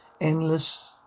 endless